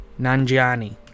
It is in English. Nanjiani